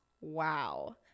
Wow